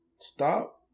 Stop